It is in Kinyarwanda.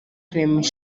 clement